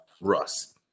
Russ